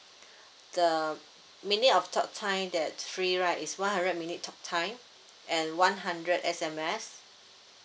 the minute of talk time that free right is one hundred minute talk time and one hundred S_M_S